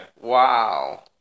Wow